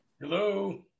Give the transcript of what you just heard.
Hello